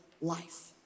life